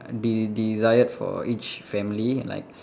de~ desired for each family and like